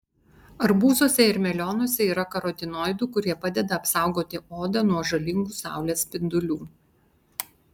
arbūzuose ir melionuose yra karotinoidų kurie padeda apsaugoti odą nuo žalingų saulės spindulių